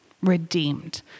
redeemed